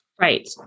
Right